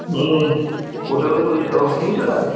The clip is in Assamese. হোটেলো খুলিছে অঁ শুনিছোঁ তাকে